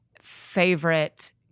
favorite